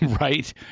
right